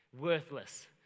Worthless